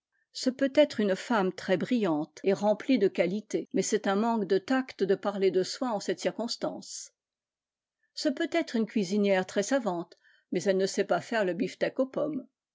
me femme très brillante et remplie de qualités nais c'est un manque de tact de parler de soi en ette circonstance ce peut être une cuisinière rès savante mais elle ne sait pas faire le bifteck ux pommes